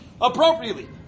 appropriately